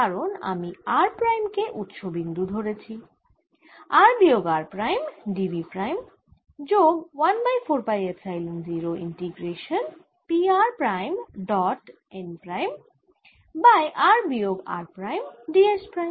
কারণ আমি r prime কে উৎস বিন্দু ধরেছি r বিয়োগ r প্রাইম dv প্রাইম যোগ 1 by 4 pi epsilon 0 integration P r prime dot n prime by r বিয়োগ r prime d s prime